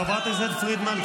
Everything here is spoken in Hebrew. חברת הכנסת פרידמן,